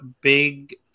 big